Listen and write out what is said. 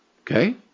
Okay